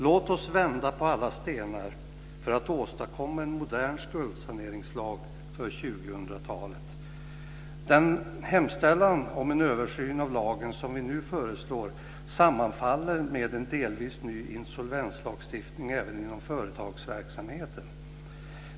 Låt oss vända på alla stenar för att åstadkomma en modern skuldsaneringslag för 2000-talet. Den hemställan om en översyn av lagen som vi nu föreslår sammanfaller med en delvis ny insolvenslagstiftning även inom företagsverksamheten.